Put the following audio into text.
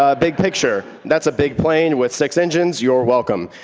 ah big picture. that's a big plane with six engines, you're welcome.